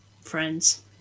friends